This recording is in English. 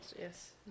Yes